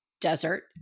desert